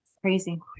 crazy